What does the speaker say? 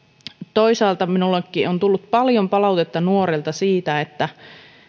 toisaalta minullekin on tullut paljon palautetta nuorilta siitä että